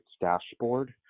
dashboard